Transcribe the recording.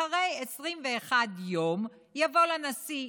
אחרי 21 יום יבוא לנשיא,